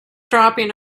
dropping